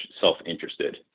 self-interested